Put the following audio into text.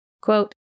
Quote